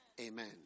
Amen